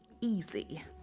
easy